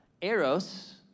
Eros